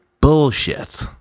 bullshit